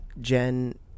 Jen